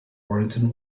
warrington